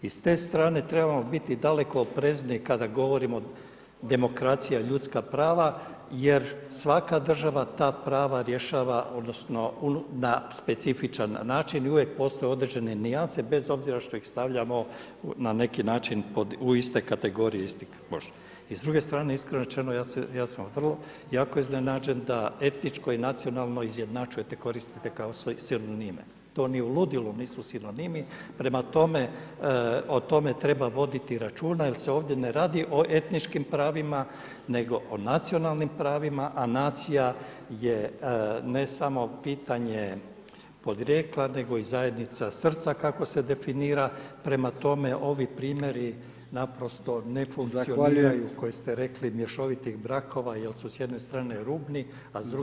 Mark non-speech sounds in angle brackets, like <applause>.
I s te strane trebamo biti daleko oprezniji kada govorimo o demokracija, ljudska prava jer svaka država ta prava rješava odnosno na specifičan način i uvijek postoje određene nijanse bez obzira što ih stavljamo na neki način u iste kategorije … <unintelligible> I s druge strane, iskreno rečeno ja sam jako iznenađen da etničko i nacionalno izjednačujete, koristite kao sinonime, to ni u ludilu nisu sinonimi, prema tome, o tome treba voditi računa jer se ovdje ne radi o etničkim pravima nego o nacionalnim pravima a nacija je ne samo pitanje porijekla nego i zajednica srca kako se definira, prema tome ovi primjeri naprosto ne funkcioniraju koji ste rekli mješovitih brakova jer su s jedne strane rubni a s druge strane